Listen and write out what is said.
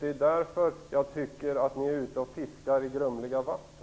Det är därför jag tycker att ni är ute och fiskar i grumliga vatten.